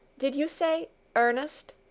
did you say ernest?